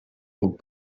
puc